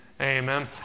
Amen